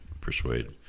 persuade